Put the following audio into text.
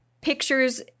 pictures